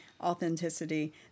authenticity